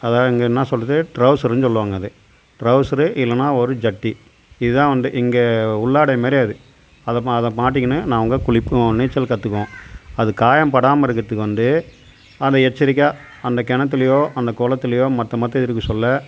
அதுதான் இங்கே என்ன சொல்கிறது டிரௌசருன்னு சொல்லுவாங்க அதை டிரௌசரு இல்லைன்னா ஒரு ஜட்டி இதுதான் வந்து இங்கே உள்ளாடை மாதிரி அது அதை மா அதை மாட்டிக்கினு நாங்கள் குளிப்போம் நீச்சல் கற்றுக்குவோம் அது காயம் படாமல் இருக்கிறத்துக்கு வந்து அதை எச்சரிக்கையாக அந்த கிணத்துலையோ அந்த குளத்துலையோ மற்ற மற்ற இருக்குது சொல்ல